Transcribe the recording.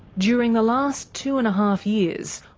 during the last two and a half years,